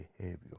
behavior